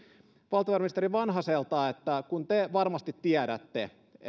valtiovarainministeri vanhaselta kun te varmasti tiedätte